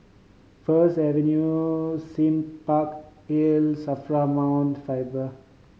First Avenue Sime Park Hill SAFRA Mount Faber